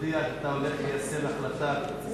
שתודיע שאתה הולך ליישם את החלטת שר